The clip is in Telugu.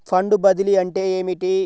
ఫండ్ బదిలీ అంటే ఏమిటి?